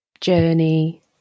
journey